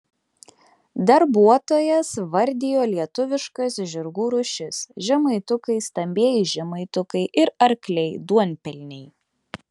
darbuotojas vardijo lietuviškas žirgų rūšis žemaitukai stambieji žemaitukai ir arkliai duonpelniai